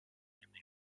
ayında